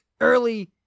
early